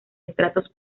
estratos